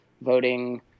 voting